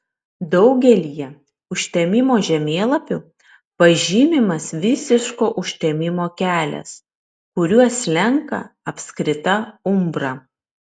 daugelyje užtemimo žemėlapių pažymimas visiško užtemimo kelias kuriuo slenka apskrita umbra